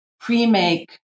pre-make